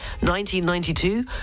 1992